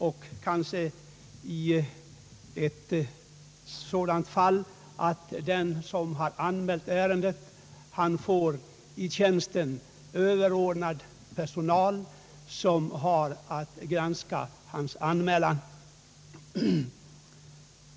Det kan kanske i något fall bli på det sättet, att den som har gjort en JO-anmälan finner att i tjänsten överordnade tjänstemän får i uppdrag att granska hans anmälan.